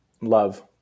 Love